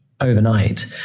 overnight